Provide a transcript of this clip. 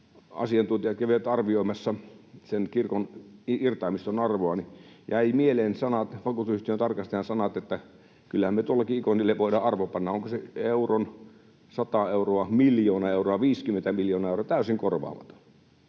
asiantuntijat kävivät arvioimassa sen kirkon irtaimiston arvoa. Mieleeni jäivät vakuutusyhtiön tarkastajan sanat, että kyllähän me tuollekin ikonille voidaan arvo panna, onko se euron, sata euroa, miljoona euroa, 50 miljoonaa euroa — täysin korvaamaton.